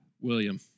William